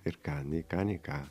ir ką nei ką nei ką